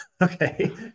Okay